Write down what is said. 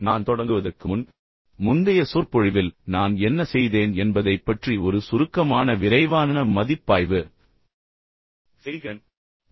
நான் தொடங்குவதற்கு முன் முந்தைய சொற்பொழிவில் நான் என்ன செய்தேன் என்பதைப் பற்றி ஒரு சுருக்கமான விரைவான மதிப்பாய்வு செய்கிறேன்